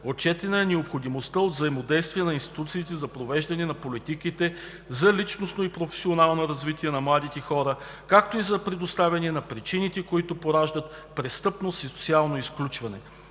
Отчетена е необходимостта от взаимодействие на институциите за провеждане на политиките за личностното и професионалното развитие на младите хора, както и за предотвратяване на причините, които пораждат престъпност и социално изключване.